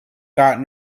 got